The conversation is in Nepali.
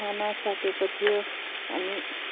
खानसकेको थियो अनि